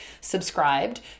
subscribed